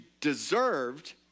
deserved